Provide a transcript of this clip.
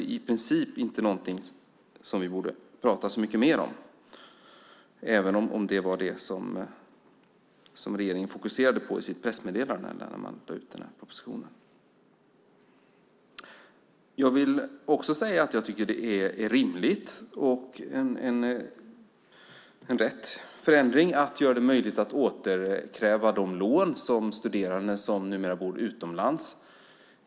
Egentligen är detta inte något som vi borde prata så mycket mer om, även om regeringen i sitt pressmeddelande när man lade fram propositionen fokuserade på just detta. Jag tycker också att det är rimligt och att det är en riktig förändring att göra det möjligt att kräva studerande som sedermera bor utomlands på återbetalning av studielån.